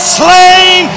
slain